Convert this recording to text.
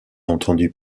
entendus